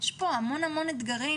יש פה המון אתגרים,